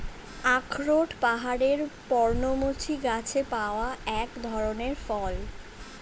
আখরোট পাহাড়ের পর্ণমোচী গাছে পাওয়া এক ধরনের ফল